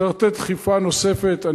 צריך לתת דחיפה נוספת.